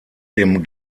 dem